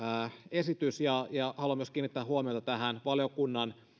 esitys haluan myös kiinnittää huomiota tähän valiokunnan